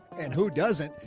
and who doesn't.